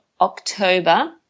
October